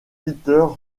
peter